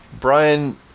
Brian